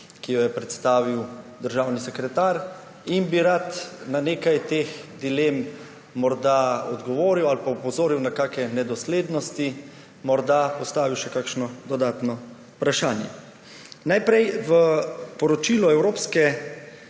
ki jo je predstavil državni sekretar, in bi rad na nekaj teh dilem morda odgovoril ali pa opozoril na kakšne nedoslednosti, morda postavil še kakšno dodatno vprašanje. Najprej v poročilu Evropske